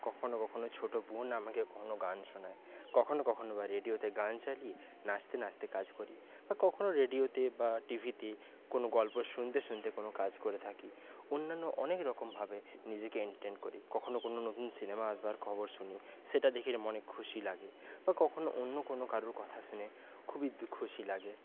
কখনও কখনও ছোটো বোন আমাকে কখনও গান শোনায় কখনও কখনও বা রেডিওতে গান চালিয়ে নাচতে নাচতে কাজ করি বা কখনও রেডিওতে বা টিভিতে কোনো গল্প শুনতে শুনতে কোনো কাজ করে থাকি অন্যান্য অনেক রকমভাবে নিজেকে এন্টারটেন করি কখনও কোনো নতুন সিনেমা আসবার খবর শুনি সেটা দেখে যে মনে খুশি লাগে বা কখনও অন্য কোনো কারোর কথা শুনে খুবই দু খুশি লাগে